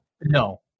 No